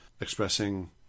expressing